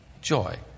joy